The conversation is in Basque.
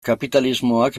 kapitalismoak